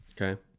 Okay